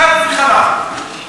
חד וחלק.